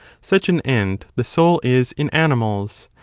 such an end the soul is in animals,